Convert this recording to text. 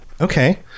Okay